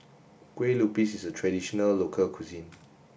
Kue Lupis is a traditional local cuisine